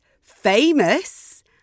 famous